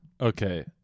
Okay